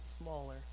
smaller